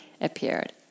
appeared